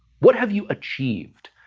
what have you achieved?